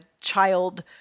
child